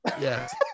yes